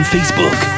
Facebook